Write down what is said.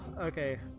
Okay